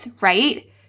right